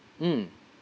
mm